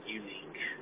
unique